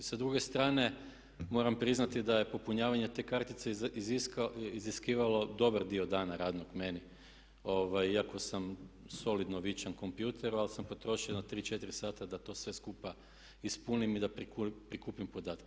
Sa druge strane moram priznati da je popunjavanje te kartice iziskivalo dobar dio dana radnog meni iako sam solidno vičan kompjuteru ali sam potrošio jedno 3, 4 sata da to sve skupa ispunim i da prikupim podatke.